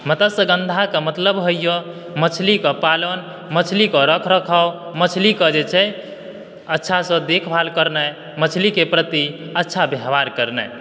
मत्स्यगंधाके मतलब होइया मछली के पालन मछली के रखरखाव मछली के जे छै अच्छा सॅं देखभाल करनाइ मछली के प्रति अच्छा व्यवहार करनाइ